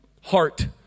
heart